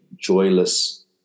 joyless